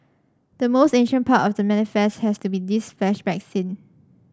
the most ancient part of the manifest has to be this flashback scene